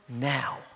now